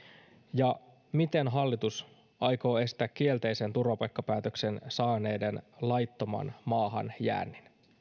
ja miten hallitus aikoo estää kielteisen turvapaikkapäätöksen saaneiden laittoman maahan jäännin